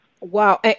Wow